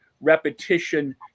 repetition